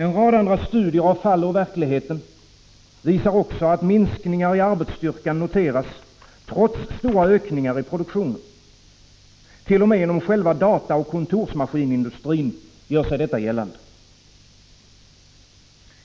En rad andra studier av fall ur verkligheten visar också att minskningar i arbetsstyrkan noteras trots stora ökningar i produktionen. T.o.m. inom själva dataoch kontorsmaskinindustrin gör sig detta gällande.